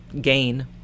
gain